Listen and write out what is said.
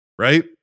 right